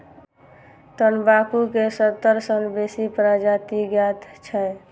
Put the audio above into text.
तंबाकू के सत्तर सं बेसी प्रजाति ज्ञात छै